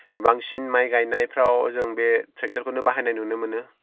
बांसिन माइ गायनायफ्राव जों बे ट्रेक्टरखौनो बाहायनाय नुनो मोनो